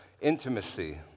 intimacy